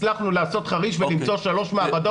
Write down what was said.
הצלחנו לעשות חריש ולמצוא שלוש מעבדות.